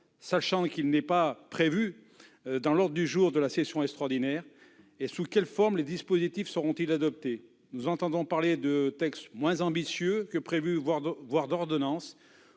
de loi, qui n'est pas inscrit à l'ordre du jour de la session extraordinaire ? Sous quelle forme les dispositifs seront-ils adoptés ? Nous entendons parler de textes moins ambitieux que prévu, voire d'ordonnances.